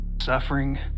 suffering